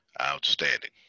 Outstanding